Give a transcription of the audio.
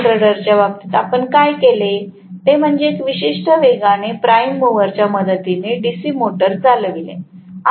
DC जनरेटरच्या बाबतीत आपण काय केले ते म्हणजे एका विशिष्ट वेगाने प्राइम मूवरच्या मदतीने डीसी जनरेटर चालविले